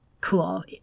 cool